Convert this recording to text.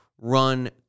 run